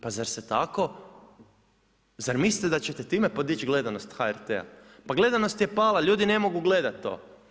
Pa zar se tako, zar mislite da ćete time podići gledanost HRT-a, pa gledanost je pala ljudi ne mogu gledati to.